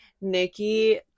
nikki